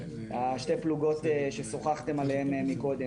שתי הפלוגות ששוחחתם עליהן מקודם,